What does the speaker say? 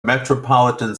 metropolitan